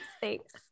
Thanks